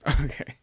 Okay